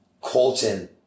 Colton